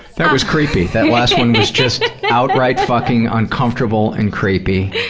that was creepy, that last one was just outright fucking uncomfortable and creepy.